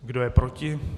Kdo je proti?